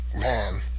man